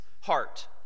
heart